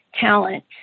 talent